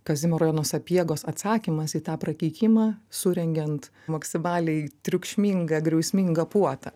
kazimiero jono sapiegos atsakymas į tą prakeikimą surengiant maksimaliai triukšmingą griausmingą puotą